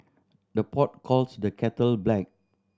the pot calls the kettle black